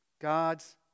God's